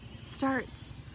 starts